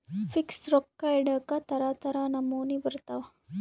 fix ರೊಕ್ಕ ಇಡಾಕ ತರ ತರ ನಮೂನಿ ಬರತವ